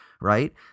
right